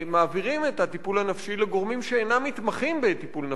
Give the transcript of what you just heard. מעבירים את הטיפול הנפשי לגורמים שאינם מתמחים בטיפול נפשי,